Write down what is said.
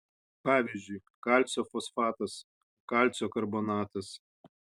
pavyzdžiui kalcio fosfatas kalcio karbonatas